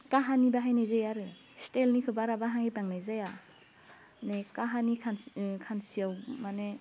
काहानि बाहायनाय जायो आरो स्टेलनिखौ बारा बाहायबांनाय जाया अनेग काहानि खांसि खांसियाव माने